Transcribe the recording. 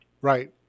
Right